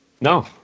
No